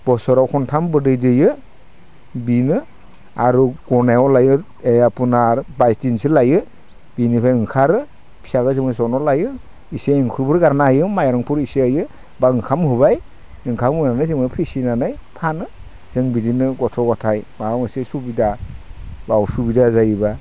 बोसोराव खनथाम बिदै दैयो बेनो आरो गनायाव लायो ऐ आपुनार बायसदिनसो लायो बेनिफ्राय ओंखारो फिसाफोरा जन्म लायो एसे एंखुरबो गारना होयो माइरंफोर एसे होयो बा ओंखाम होबाय ओंखाम होनानै जोंबो फिसिनानै फानो जों बिदिनो गथ' गथाय माबा मोनसे सुबिदा बा असुबिदा जायोबा